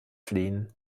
fliehen